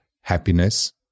happiness